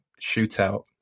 shootout